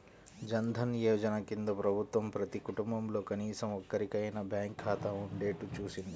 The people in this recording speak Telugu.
జన్ ధన్ యోజన కింద ప్రభుత్వం ప్రతి కుటుంబంలో కనీసం ఒక్కరికైనా బ్యాంకు ఖాతా ఉండేట్టు చూసింది